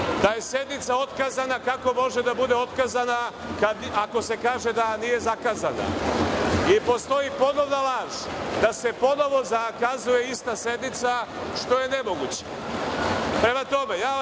da je sednica otkazana. Kako može da bude otkazana ako se kaže da nije zakazana? Postoji ponovna laž, da se ponovo zakazuje ista sednica, što je nemoguće. Prema